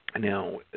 Now